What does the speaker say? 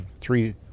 three